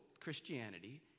Christianity